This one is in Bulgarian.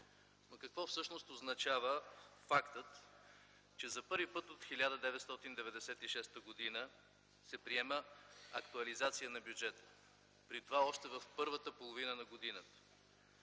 какво всъщност означава фактът, че за първи път от 1996 г. се приема актуализация на бюджета, при това още в първата половина на годината?